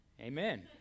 Amen